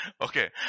okay